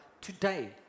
today